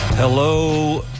Hello